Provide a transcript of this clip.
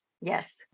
Yes